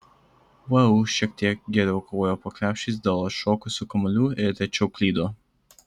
vu šiek tiek geriau kovojo po krepšiais dėl atšokusių kamuolių ir rečiau klydo